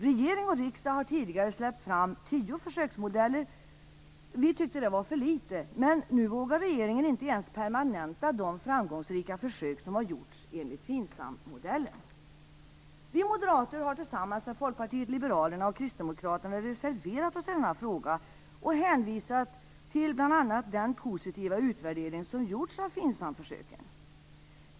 Regering och riksdag har tidigare släppt fram tio försöksmodeller. Vi tyckte att det var för litet. Men nu vågar regeringen inte ens permanenta de framgångsrika försök som gjorts enligt FINSAM Vi moderater har tillsammans med Folkpartiet liberalerna och Kristdemokraterna reservat oss i frågan och hänvisat bl.a. till den positiva utvärdering som gjorts av FINSAM-försöken.